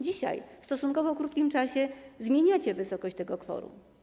Dzisiaj w stosunkowo krótkim czasie zmieniacie wysokość tego kworum.